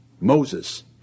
Moses